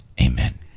Amen